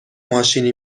ماشینی